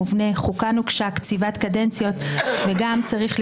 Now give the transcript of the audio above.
חבר הכנסת משה סעדה, אני קורא אותך